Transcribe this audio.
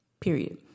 Period